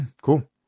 cool